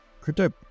crypto